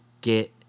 get